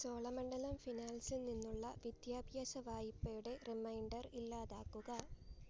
ചോളമണ്ഡലം ഫിനാൻസിൽ നിന്നുള്ള വിദ്യാഭ്യാസ വായ്പയുടെ റിമൈൻഡർ ഇല്ലാതാക്കുക